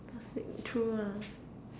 last week true ah